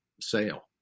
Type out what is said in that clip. sale